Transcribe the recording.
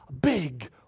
big